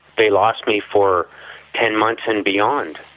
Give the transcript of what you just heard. they lost me for ten months and beyond.